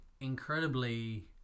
incredibly